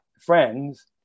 friends